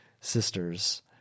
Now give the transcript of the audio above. sisters